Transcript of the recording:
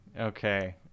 Okay